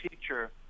teacher